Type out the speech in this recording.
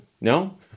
No